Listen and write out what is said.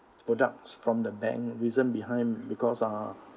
products from the bank reason behind because uh